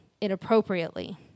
inappropriately